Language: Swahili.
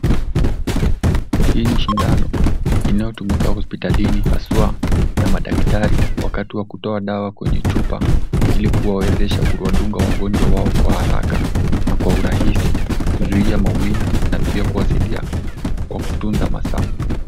Hii ni sindano inayotumika hospitalini haswa na madaktari wakati wa kutoa dawa kwenye chupa ili kuwawezesha kuwadunga wagonjwa wao kwa haraka na kwa urahisi kuzuia maumivu na pia kuwasaidia kwa kutuza masaa.